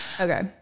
Okay